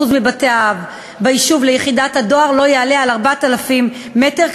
מבתי-האב ביישוב ליחידת הדואר לא יעלה על 4,000 מטר,